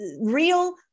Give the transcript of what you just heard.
real